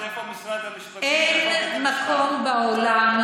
אין מקום בעולם,